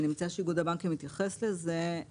אני מציעה שאיגוד הבנקים יתייחס לזה.